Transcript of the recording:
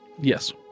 Yes